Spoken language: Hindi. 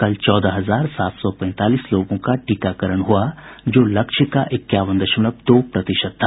कल चौदह हजार सात सौ पैंतालीस लोगों का टीकाकरण हुआ जो लक्ष्य का इक्यावन दशमलव दो प्रतिशत था